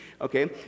Okay